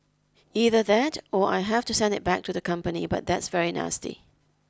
either that or I have to send it back to the company but that's very nasty